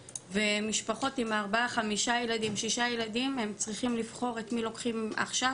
ומשפחות עם ארבעה-חמישה-שישה ילדים צריכות לבחור את מי לוקחים עכשיו,